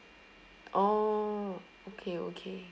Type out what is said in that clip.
oh okay okay